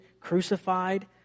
crucified